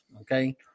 Okay